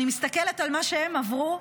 אני מסתכלת על מה שהן עברו,